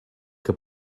que